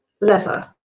leather